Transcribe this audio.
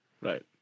Right